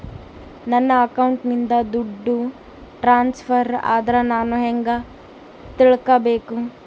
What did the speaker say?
ನನ್ನ ಅಕೌಂಟಿಂದ ದುಡ್ಡು ಟ್ರಾನ್ಸ್ಫರ್ ಆದ್ರ ನಾನು ಹೆಂಗ ತಿಳಕಬೇಕು?